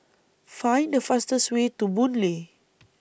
Find The fastest Way to Boon Lay